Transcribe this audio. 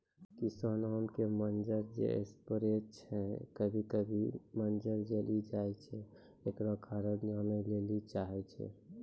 किसान आम के मंजर जे स्प्रे छैय कभी कभी मंजर जली जाय छैय, एकरो कारण जाने ली चाहेय छैय?